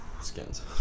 Skins